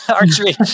archery